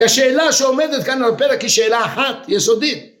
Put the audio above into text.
‫השאלה שעומדת כאן על הפרק ‫היא שאלה אחת יסודית.